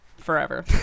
forever